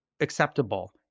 acceptable